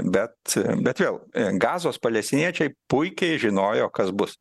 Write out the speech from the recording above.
bet bet vėl gazos palestiniečiai puikiai žinojo kas bus